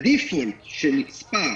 ה- defaultשנצפה,